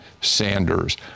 Sanders